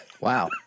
Wow